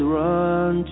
run